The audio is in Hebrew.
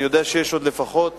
אני יודע שיש עוד לפחות